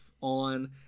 on